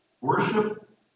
Worship